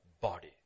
body